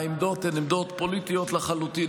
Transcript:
העמדות הן עמדות פוליטיות לחלוטין.